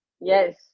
yes